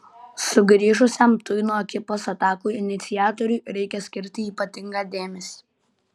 sugrįžusiam tuino ekipos atakų iniciatoriui reikia skirti ypatingą dėmesį